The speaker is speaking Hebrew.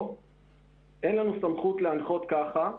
אין לנו סמכות להנחות כך.